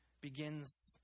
begins